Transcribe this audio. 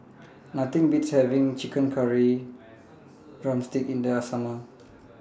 Nothing Beats having Chicken Curry Drumstick in The Summer